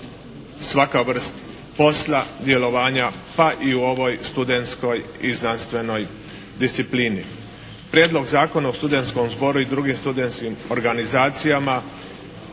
svaka vrsta posla, djelovanja pa i u ovoj studenskoj i znanstvenoj disciplini. Prijedlog Zakona o studenskom zboru i drugim studenskim organizacijama